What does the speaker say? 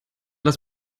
das